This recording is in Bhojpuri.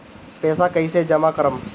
पैसा कईसे जामा करम?